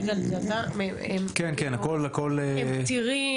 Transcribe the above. כן, הכול פתיר.